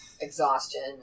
exhaustion